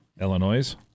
Illinois